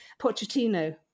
Pochettino